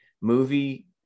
movie